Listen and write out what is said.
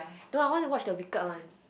no I want to watch the Wicked one